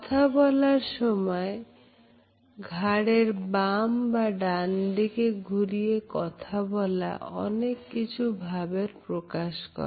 কথা বলার সময় ঘাড়ের বাম বা ডানদিকে ঘুরিয়ে কথা বলা অনেক কিছু ভাবের প্রকাশ করে